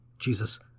Jesus